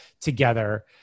together